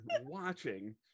watching